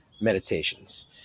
meditations